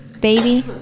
Baby